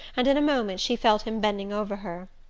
and in a moment she felt him bending over her.